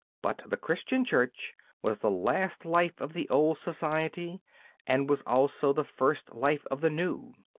but the christian church was the last life of the old society and was also the first life of the new.